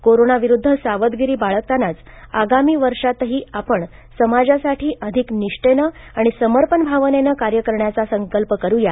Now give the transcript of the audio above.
कोरोनाविरुद्ध सावधगिरी बाळगतानाच आगामी वर्षांतही आपण समाजासाठी अधिक निष्ठेने आणि समर्पण भावनेने कार्य करण्याचा संकल्प करूया